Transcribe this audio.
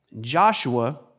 Joshua